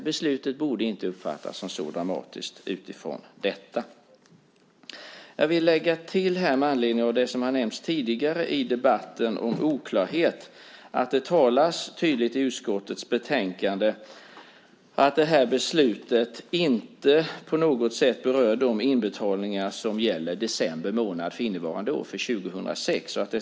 Utifrån detta borde inte beslutet uppfattas som så dramatiskt. Jag vill med anledning av det som tidigare nämnts i debatten om oklarhet lägga till att det i utskottets betänkande tydligt talas om att beslutet inte på något sätt berör inbetalningar som gäller december månad 2006.